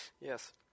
Yes